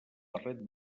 barret